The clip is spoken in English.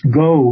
go